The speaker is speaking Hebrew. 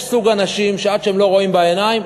יש סוג אנשים שעד שהם לא רואים בעיניים,